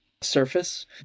surface